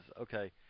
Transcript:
okay